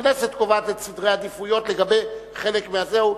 הכנסת קובעת את סדרי העדיפויות לגבי חלק מהזהו.